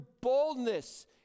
boldness